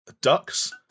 ducks